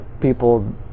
people